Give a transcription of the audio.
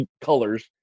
colors